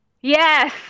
Yes